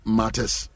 matters